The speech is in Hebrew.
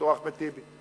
לד"ר אחמד טיבי: